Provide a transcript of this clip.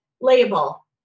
label